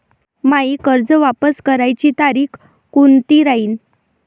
मायी कर्ज वापस करण्याची तारखी कोनती राहीन?